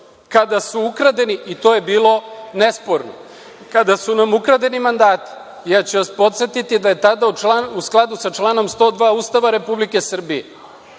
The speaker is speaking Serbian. odbora i to je bilo nesporno. Kada su nam ukradeni mandati, ja ću vas podsetiti da je tada u skladu sa članom 102. Ustava Republike Srbije,